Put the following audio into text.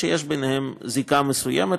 שיש ביניהם זיקה מסוימת,